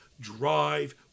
drive